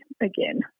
again